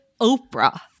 Oprah